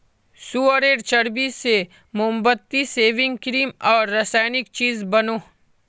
सुअरेर चर्बी से मोमबत्ती, सेविंग क्रीम आर रासायनिक चीज़ बनोह